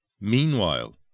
Meanwhile